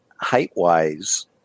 height-wise